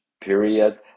period